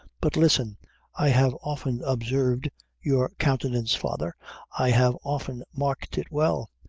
but listen i have often observed your countenance, father i have often marked it well.